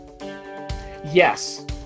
Yes